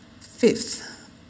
Fifth